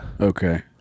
Okay